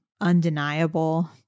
undeniable